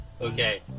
Okay